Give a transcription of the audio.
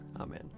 Amen